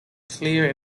clear